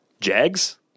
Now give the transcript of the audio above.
Jags